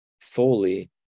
fully